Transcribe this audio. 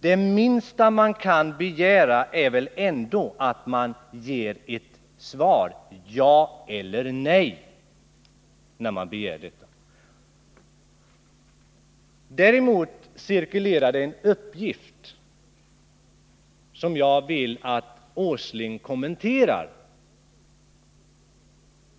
Det minsta man kan begära är väl ändå att få ett ja eller nej till svar. Däremot cirkulerar en uppgift, som jag vill att herr Åsling kommenterar.